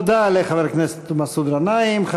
תודה לחבר הכנסת מסעוד גנאים.